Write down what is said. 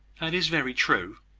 that is very true.